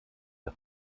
der